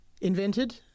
invented